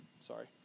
sorry